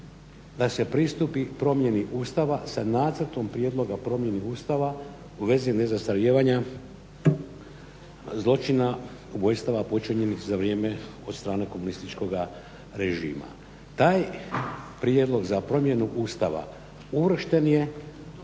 da se pristupi promjeni Ustava sa nacrtom prijedloga promjeni Ustava u vezi nezastarijevanja zločina, ubojstava počinjenih za vrijeme od strane komunističkoga režima. Taj prijedlog za promjenu Ustava uvršten u